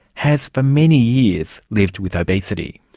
has for many years lived with obesity.